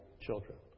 children